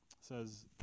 says